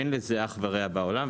אין לזה אח ורע בעולם.